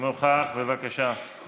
אינה נוכחת, חבר הכנסת עמית הלוי, מוותר,